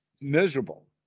miserable